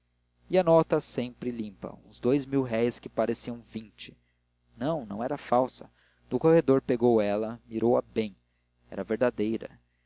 e a nota sempre limpa uns dous mil-réis que pareciam vinte não não era falsa no corredor pegou dela mirou a bem era verdadeira